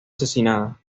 asesinada